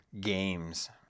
Games